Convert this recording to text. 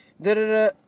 da-da-da